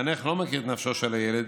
כשהמחנך לא מכיר את נפשו של הילד,